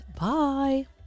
bye